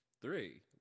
Three